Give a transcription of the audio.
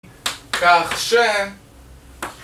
קח שם!